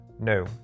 no